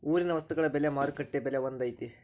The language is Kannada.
ಊರಿನ ವಸ್ತುಗಳ ಬೆಲೆ ಮಾರುಕಟ್ಟೆ ಬೆಲೆ ಒಂದ್ ಐತಿ?